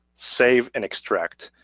save and extract.